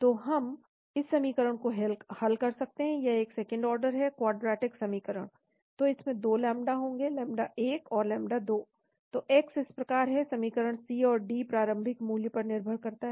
तो हम इस समीकरण को हल कर सकते हैं यह एक सेकंड ऑर्डर है क्वाड्रैटिक समीकरण तो इसमें 2 लैम्ब्डा होंगे लैम्ब्डा 1 और लैम्ब्डा 2 तो x इस प्रकार है समीकरण C और D प्रारंभिक मूल्य पर निर्भर करता है